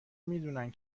میدونن